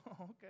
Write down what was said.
okay